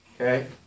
okay